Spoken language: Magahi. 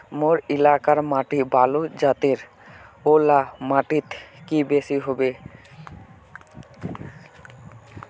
मोर एलाकार माटी बालू जतेर ओ ला माटित की बेसी हबे?